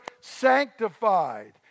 sanctified